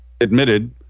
admitted